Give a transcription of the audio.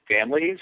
families